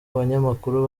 banyamakuru